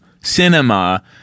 cinema